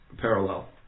parallel